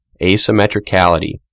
asymmetricality